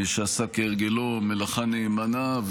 שעשה כהרגלו מלאכה נאמנה,